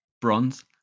bronze